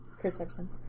Perception